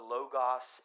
Logos